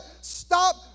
Stop